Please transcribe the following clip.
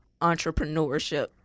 entrepreneurship